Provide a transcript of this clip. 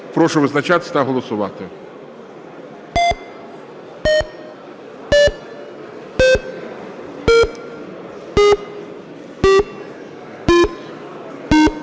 Прошу визначатись та голосувати.